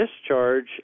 discharge